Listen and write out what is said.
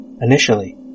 Initially